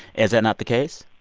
is that not the case?